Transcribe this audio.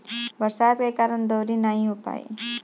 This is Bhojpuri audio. बरसात के कारण दँवरी नाइ हो पाई